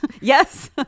yes